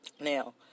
Now